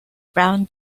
brown